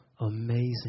amazing